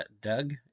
Doug